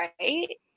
right